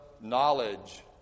knowledge